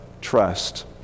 trust